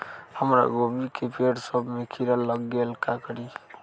हमरा गोभी के पेड़ सब में किरा लग गेल का करी?